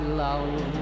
love